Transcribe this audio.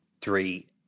three